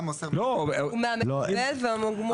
הוא מהמקבל.